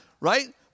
Right